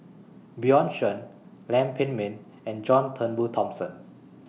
Bjorn Shen Lam Pin Min and John Turnbull Thomson